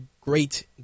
great